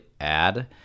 add